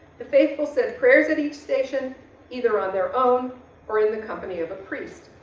the faithful said prayers at each station either on their own or in the company of a priest.